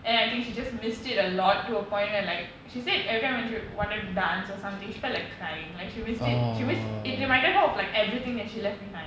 and I think she just missed it a lot to a point where like she's said everytime when she wanted to dance or something she felt like crying like she missed it she miss it reminded her of like everything thatshe left behind